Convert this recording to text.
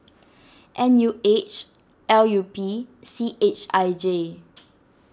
N U H L U P C H I J